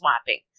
swapping